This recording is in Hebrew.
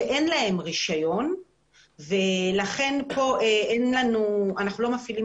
שאין להם רישיון ולכן כאן אנחנו לא מפעילים